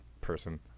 person